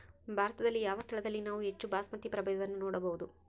ಭಾರತದಲ್ಲಿ ಯಾವ ಸ್ಥಳದಲ್ಲಿ ನಾವು ಹೆಚ್ಚು ಬಾಸ್ಮತಿ ಪ್ರಭೇದವನ್ನು ನೋಡಬಹುದು?